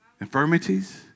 Infirmities